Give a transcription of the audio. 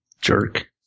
jerk